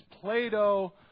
Plato